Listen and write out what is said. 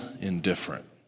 indifferent